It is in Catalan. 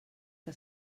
que